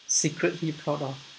secretly proud of